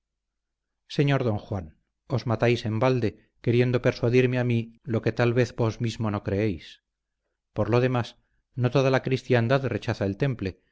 señor don juan os matáis en balde queriendo persuadirme a mí lo que tal vez vos mismo no creéis por lo demás no toda la cristiandad rechaza el temple